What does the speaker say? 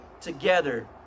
together